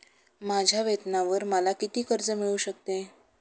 माझ्या वेतनावर मला किती कर्ज मिळू शकते?